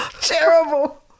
Terrible